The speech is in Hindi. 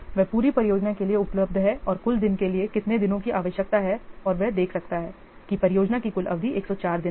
वह पूरी परियोजना के लिए उपलब्ध है और कुल दिन के लिए कितने दिनों की आवश्यकता है और वह देख सकता है कि परियोजना की कुल अवधि 104 दिन है